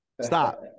Stop